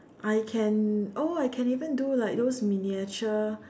I can oh I can even do like those miniature